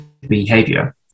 behavior